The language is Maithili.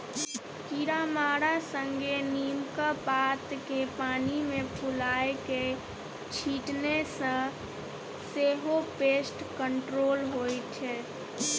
कीरामारा संगे नीमक पात केँ पानि मे फुलाए कए छीटने सँ सेहो पेस्ट कंट्रोल होइ छै